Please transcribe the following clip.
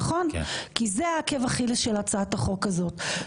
נכון, כי זה עקב אכילס של הצעת החוק הזאת.